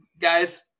guys